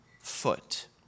foot